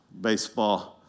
baseball